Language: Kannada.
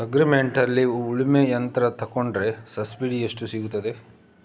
ಅಗ್ರಿ ಮಾರ್ಟ್ನಲ್ಲಿ ಉಳ್ಮೆ ಯಂತ್ರ ತೆಕೊಂಡ್ರೆ ಸಬ್ಸಿಡಿ ಎಷ್ಟು ಸಿಕ್ತಾದೆ?